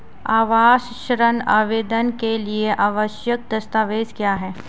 आवास ऋण आवेदन के लिए आवश्यक दस्तावेज़ क्या हैं?